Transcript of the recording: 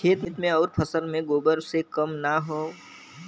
खेत मे अउर फसल मे गोबर से कम ना होई?